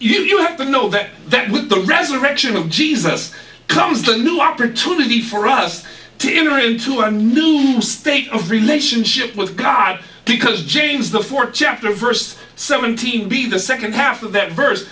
you have to know that that with the resurrection of jesus comes the new opportunity for us to enter into a new state of relationship with god because james the fourth chapter verse seventeen be the second half of that